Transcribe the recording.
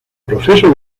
proceso